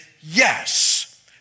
yes